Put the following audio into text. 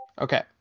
okay